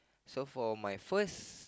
so for my first